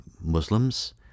Muslims